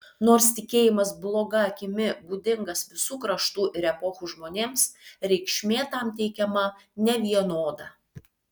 nors tikėjimas bloga akimi būdingas visų kraštų ir epochų žmonėms reikšmė tam teikiama nevienoda